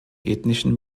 ethnischen